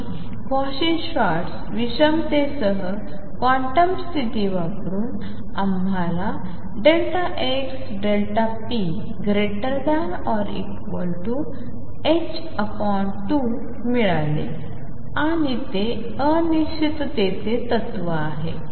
आणि Cauchy Schwarz विषमतातेसह quantum स्थिती वापरून आम्हाला xΔp≥2 मिळाले आणि ते अनिश्चिततेचे तत्व आहे